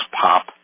Pop